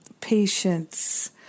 patience